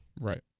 Right